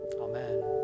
Amen